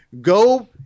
go